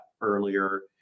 earlier